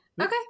Okay